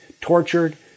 tortured